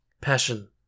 Passion